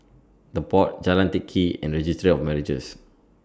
The Pod Jalan Teck Kee and Registry of Marriages